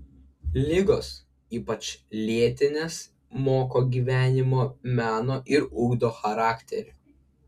ligos ypač lėtinės moko gyvenimo meno ir ugdo charakterį